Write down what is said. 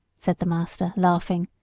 said the master, laughing,